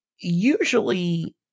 usually